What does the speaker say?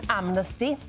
amnesty